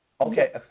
okay